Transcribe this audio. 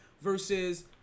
versus